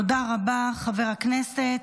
תודה רבה, חבר הכנסת.